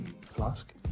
flask